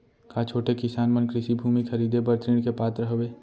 का छोटे किसान मन कृषि भूमि खरीदे बर ऋण के पात्र हवे?